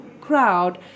crowd